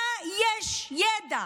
איזה ידע